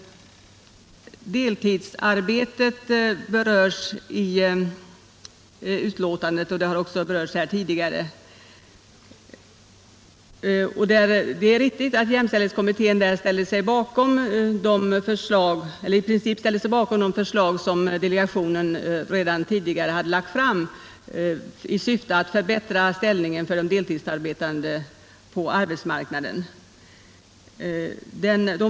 Deltidsarbetet berörs i betänkandet, och det har också berörts i debatten här tidigare. Det är riktigt att jämställdhetskommittén ställde sig bakom de förslag som delegationen redan tidigare hade lagt fram i syfte att förbättra ställningen för de deltidsarbetande på arbetsmarknaden.